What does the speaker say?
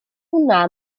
hwnna